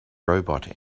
robot